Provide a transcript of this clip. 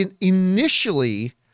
Initially